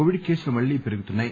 Covid కేసులు మళ్లీ పెరుగుతున్నాయి